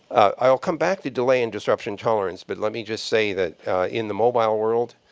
i'll come back to delay and disruption tolerance. but let me just say that in the mobile world,